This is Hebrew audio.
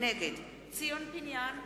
נגד ציון פיניאן,